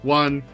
one